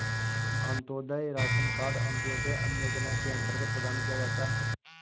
Antyodaya ration card अंत्योदय अन्न योजना के अंतर्गत प्रदान किया जाता है